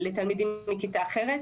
לתלמידים מכיתה אחרת,